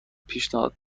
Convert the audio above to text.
پیشنهاد